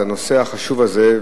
וזה הנושא החשוב הזה,